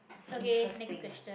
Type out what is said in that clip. interesting